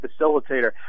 facilitator